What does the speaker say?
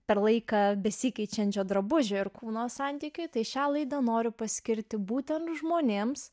per laiką besikeičiančio drabužių ir kūno santykiui tai šią laidą noriu paskirti būtent žmonėms